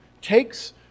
takes